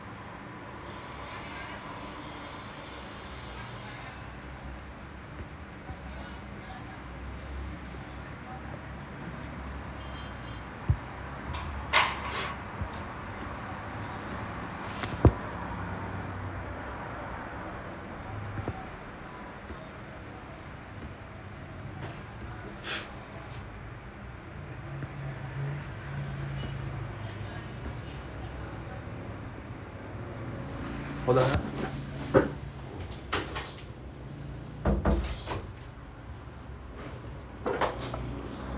hold on ah